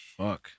Fuck